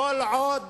כל עוד